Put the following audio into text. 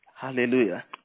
Hallelujah